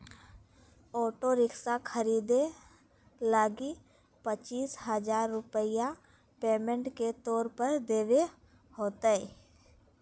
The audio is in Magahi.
ऑटो रिक्शा खरीदे लगी पचीस हजार रूपया पेमेंट के तौर पर देवे होतय